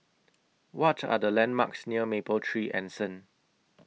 What Are The landmarks near Mapletree Anson